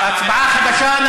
הצבעה חדשה.